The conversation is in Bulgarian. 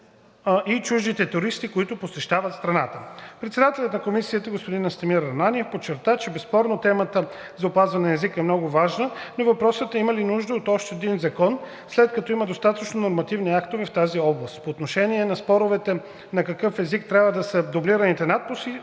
и чуждите туристи, които посещават страната. Председателят на Комисията господин Настимир Ананиев подчерта, че безспорно темата за опазването на езика е много важна, но въпросът е има ли нужда от още един закон, след като има достатъчно нормативни актове в тази област. По отношение на споровете на какъв език трябва да са дублиращите надписи